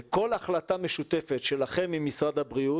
לכל החלטה משותפת שלכם עם משרד הבריאות,